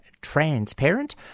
transparent